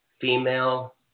female